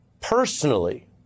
personally